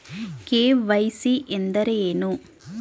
KYC ಎಂದರೇನು?